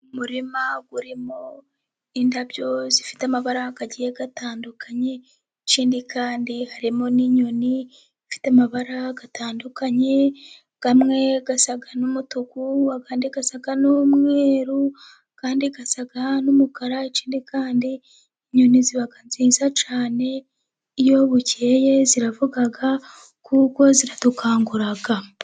Umurima urimo indabyo zifite amabara agiye atandukanye, ikindi kandi harimo n'inyoni ifite amabara atandukanye, amwe asa n'umutuku, ayandi agasa n'umweru, ayandi asa n'umukara, ikindi kandi inyoni ziba nziza cyane, iyo bukeyeye ziravuga kuko ziradukangura.